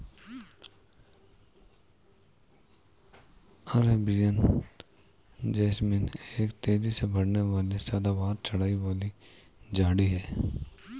Arabian jasmine एक तेजी से बढ़ने वाली सदाबहार चढ़ाई वाली झाड़ी है